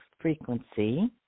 frequency